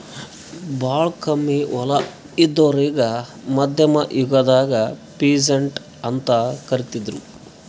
ಭಾಳ್ ಕಮ್ಮಿ ಹೊಲ ಇದ್ದೋರಿಗಾ ಮಧ್ಯಮ್ ಯುಗದಾಗ್ ಪೀಸಂಟ್ ಅಂತ್ ಕರಿತಿದ್ರು